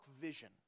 vision